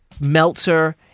Meltzer